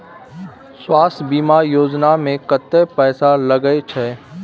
स्वास्थ बीमा योजना में कत्ते पैसा लगय छै?